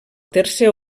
tercer